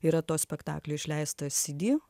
yra to spektaklio išleistas cd